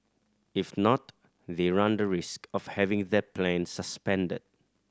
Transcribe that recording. if not they run the risk of having their plan suspended